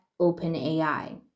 OpenAI